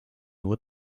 nur